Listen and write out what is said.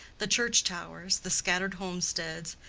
the church towers, the scattered homesteads,